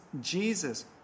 Jesus